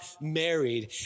married